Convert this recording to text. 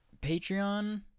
patreon